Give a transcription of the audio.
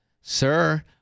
Sir